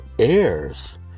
heirs